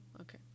Okay